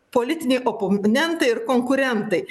politiniai opon nentai ir konkurentai